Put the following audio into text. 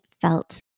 felt